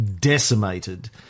decimated